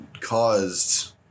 caused